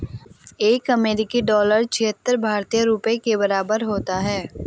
एक अमेरिकी डॉलर छिहत्तर भारतीय रुपये के बराबर होता है